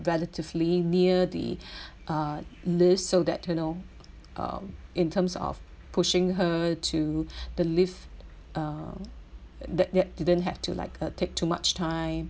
relatively near the uh lift so that you know um in terms of pushing her to the lift uh that that didn't have to like uh take too much time